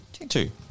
Two